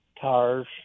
tires